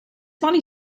money